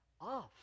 off